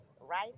right